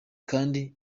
kandi